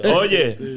Oye